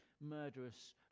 murderous